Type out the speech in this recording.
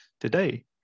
today